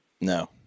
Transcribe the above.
No